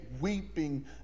weeping